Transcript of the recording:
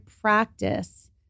practice